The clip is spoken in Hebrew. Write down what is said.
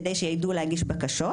כדי שיידעו להגיש בקשות,